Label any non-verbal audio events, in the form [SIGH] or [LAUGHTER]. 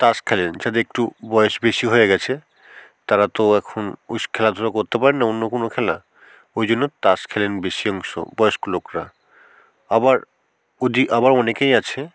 তাস খেলেন যাদের একটু বয়স বেশি হয়ে গেছে তারা তো এখন উইশ [UNINTELLIGIBLE] খেলাধূলা করতে পারেন না অন্য কোনো খেলা ওই জন্য তাস খেলেন বেশি অংশ বয়স্ক লোকরা আবার ওদি [UNINTELLIGIBLE] আবার অনেকেই আছে